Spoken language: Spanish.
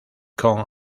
con